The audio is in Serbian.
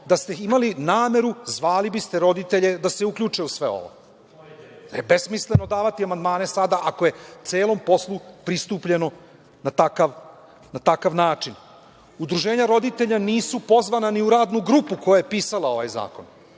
da ste imali nameru zvali biste roditelje da se uključe u sve ovo. To je besmisleno davati amandmane sada ako je celom poslu pristupljeno na takav način. Udruženja roditelja nisu pozvana ni u radnu grupu koja je pisala ovaj zakon.